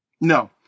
No